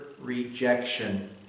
rejection